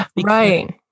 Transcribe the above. Right